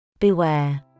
Beware